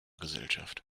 gesellschaft